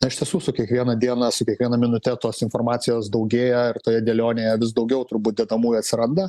na iš tiesų su kiekviena diena su kiekviena minute tos informacijos daugėja ir toje dėlionėje vis daugiau turbūt dedamųjų atsiranda